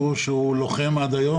היא שהוא לוחם עד היום,